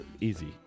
easy